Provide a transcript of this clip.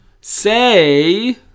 say